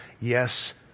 yes